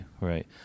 right